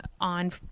on